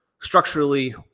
structurally